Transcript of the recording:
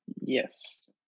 Yes